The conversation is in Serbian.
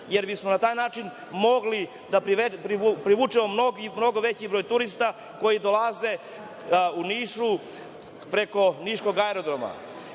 jer bismo na taj način mogli da privučemo mnogo veći broj turista koji dolaze u Niš preko niškog aerodroma. Postavio